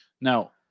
Now